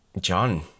John